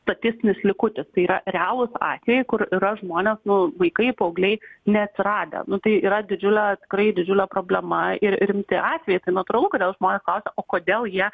statistinis likutis tai yra realūs atvejai kur yra žmonės nu vaikai paaugliai neatsiradę nu tai yra didžiulė tikrai didžiulė problema ir rimti atvejai tai natūralu kodėl žmonės klausia o kodėl jie